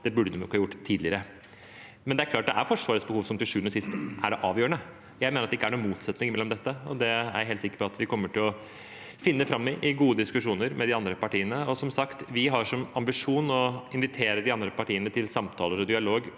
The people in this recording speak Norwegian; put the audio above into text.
Det burde de nok ha gjort tidligere. Men det er klart det er Forsvarets behov som til sjuende og sist er det avgjørende. Jeg mener at det ikke er noen motsetning i dette, og jeg er helt sikker på at vi kommer til å finne fram i gode diskusjoner med de andre partiene. Som sagt har vi som ambisjon å invitere de andre partiene til samtaler og dialog